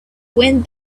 wind